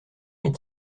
est